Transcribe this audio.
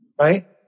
right